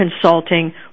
Consulting